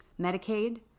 Medicaid